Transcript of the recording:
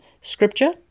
scripture